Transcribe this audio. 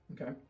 Okay